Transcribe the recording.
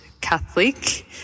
Catholic